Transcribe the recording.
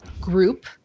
group